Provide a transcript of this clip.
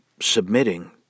submitting